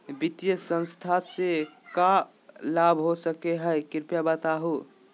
वित्तीय संस्था से का का लाभ हो सके हई कृपया बताहू?